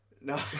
No